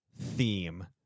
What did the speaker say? theme